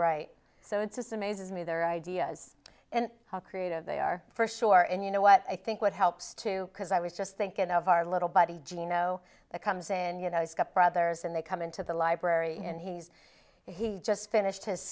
right so it's amazes me their ideas and how creative they are for sure and you know what i think what helps too because i was just thinking of our little buddy geno that comes and you know he's got brothers and they come into the library and he's he just finished his